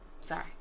Sorry